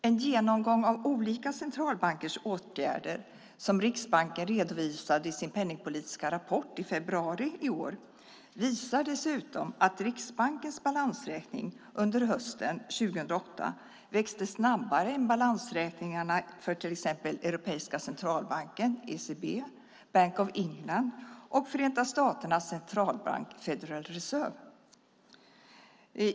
En genomgång av olika centralbankers åtgärder som Riksbanken redovisade i sin penningpolitiska rapport i februari i år visar dessutom att Riksbankens balansräkning under hösten 2008 växte snabbare än balansräkningarna för till exempel Europeiska centralbanken - ECB - Bank of England och Förenta staternas centralbank Federal Reserve.